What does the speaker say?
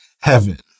heaven